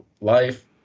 life